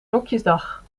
rokjesdag